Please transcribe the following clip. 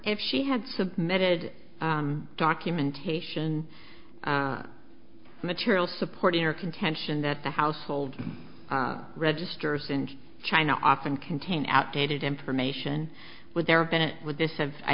if she had submitted documentation material supporting her contention that the household registers in china often contain outdated information would there have been it would